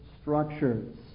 structures